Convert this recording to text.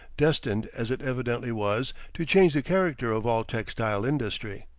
destined as it evidently was to change the character of all textile industry.